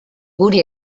guri